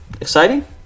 Exciting